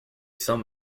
some